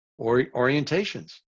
orientations